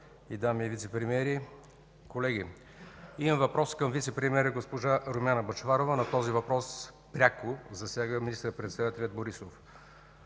и дами вицепремиери, колеги! Имам въпрос към вицепремиера госпожа Румяна Бъчварова, но този въпрос пряко засяга министър-председателя Борисов.